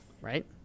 right